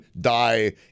die